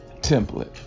template